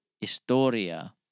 Historia